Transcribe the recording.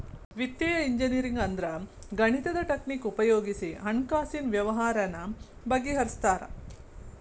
ವಿತ್ತೇಯ ಇಂಜಿನಿಯರಿಂಗ್ ಅಂದ್ರ ಗಣಿತದ್ ಟಕ್ನಿಕ್ ಉಪಯೊಗಿಸಿ ಹಣ್ಕಾಸಿನ್ ವ್ಯವ್ಹಾರಾನ ಬಗಿಹರ್ಸ್ತಾರ